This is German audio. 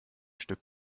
stück